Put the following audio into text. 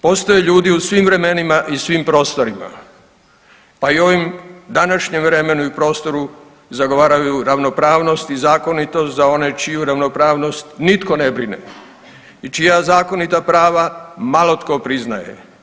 Postoje ljudi u svim vremenima i svim prostorima pa i u ovom današnjem vremenu i prostoru zagovaraju ravnopravnost i zakonitost za one čiju ravnopravnost nitko ne brine i čija zakonita prava malotko priznaje.